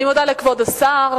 אני מודה לכבוד השר.